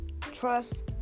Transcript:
trust